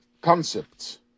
concepts